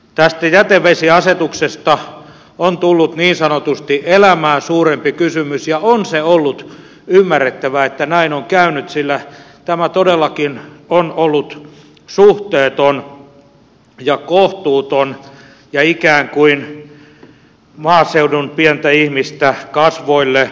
tästä jätevesiasetuksesta on tullut niin sanotusti elämää suurempi kysymys ja on se ollut ymmärrettävää että näin on käynyt sillä tämä todellakin on ollut suhteeton ja kohtuuton ja ikään kuin maaseudun pientä ihmistä kasvoille lyövä